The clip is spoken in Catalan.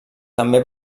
també